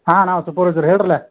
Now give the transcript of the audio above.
ಹಾಂ ನಾವು ಸೂಪರ್ವೈಸರ್ ಹೇಳ್ರಲ್ಲಾ